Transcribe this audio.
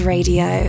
Radio